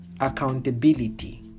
accountability